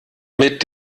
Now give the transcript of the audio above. mit